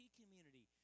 community